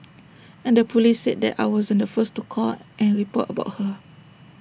and the Police said that I wasn't the first to call and report about her